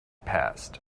passed